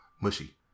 mushy